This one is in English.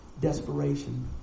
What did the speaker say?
desperation